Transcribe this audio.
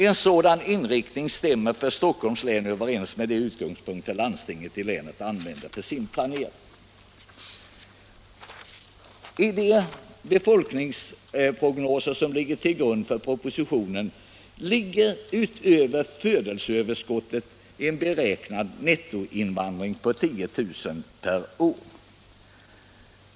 En sådan inriktning stämmer för Stockholms län överens med de utgångspunkter landstinget i länet använder i sin planering.” Nr 47 I de befolkningsprognoser som ligger till grund för propositionen ligger utöver födelseöverskottet en beräknad nettoinvandring på 10000 per år.